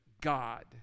God